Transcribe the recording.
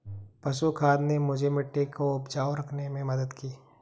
पशु खाद ने मुझे मिट्टी को उपजाऊ रखने में मदद की